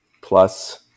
plus